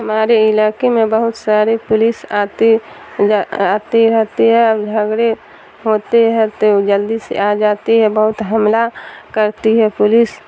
ہمارے علاقے میں بہت سارے پولیس آتی آتی رہتی ہے اب جھگڑے ہوتے ہیں تو جلدی سے آ جاتی ہے بہت حملہ کرتی ہے پولیس